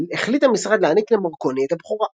החליט המשרד להעניק למרקוני את הבכורה.